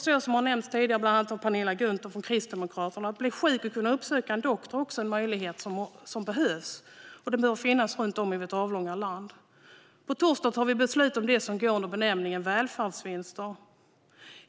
Som bland andra Penilla Gunther från Kristdemokraterna har nämnt tidigare är möjligheten att uppsöka en doktor när man blir sjuk också en möjlighet som behöver finnas runt om i vårt avlånga land. På torsdag fattar vi beslut om det som går under benämningen välfärdsvinster.